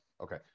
okay